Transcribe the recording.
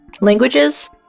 languages